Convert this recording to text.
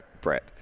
Brett